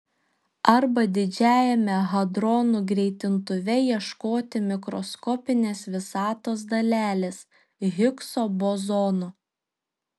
arba didžiajame hadronų greitintuve ieškoti mikroskopinės visatos dalelės higso bozono